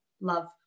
love